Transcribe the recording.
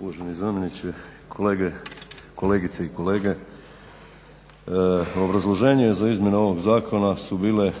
Uvaženi zamjeniče, kolege, kolegice i kolege. Obrazloženje za izmjenu ovog zakona su bile